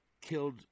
killed